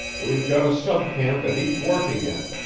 we've got a sub-camp at each working-end,